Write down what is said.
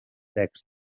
text